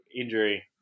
injury